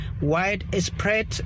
widespread